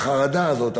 החרדה הזאת,